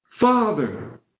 father